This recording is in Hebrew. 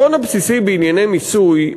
העיקרון הבסיסי בענייני מיסוי,